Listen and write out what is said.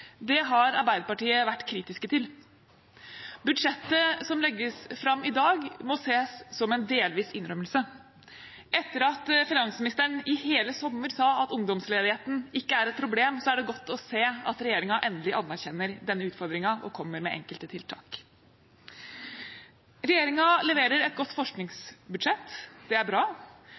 Det har Arbeiderpartiet vært kritisk til. Budsjettet som legges fram i dag, må ses som en delvis innrømmelse. Etter at finansministeren i hele sommer sa at ungdomsledigheten ikke er et problem, er det godt å se at regjeringen endelig anerkjenner denne utfordringen og kommer med enkelte tiltak. Regjeringen leverer et godt forskningsbudsjett. Det er bra.